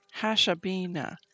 Hashabina